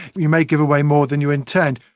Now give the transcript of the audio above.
you may give away more than you intend.